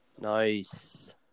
Nice